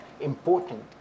important